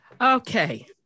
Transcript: Okay